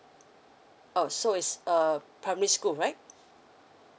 oh so it's a primary school right